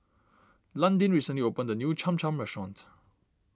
Landin recently opened a new Cham Cham restaurant